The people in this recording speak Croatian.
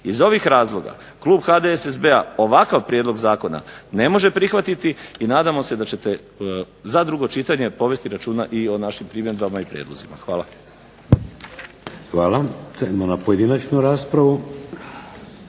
Iz ovih razloga klub HDSSB-a ovakav prijedlog zakona ne može prihvatiti i nadamo se da ćete za drugo čitanje povesti računa i o našim primjedbama i prijedlozima. Hvala. **Šeks, Vladimir (HDZ)** Hvala. Sad idemo na pojedinačnu raspravu.